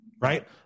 right